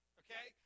okay